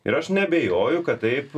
ir aš neabejoju kad taip